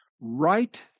right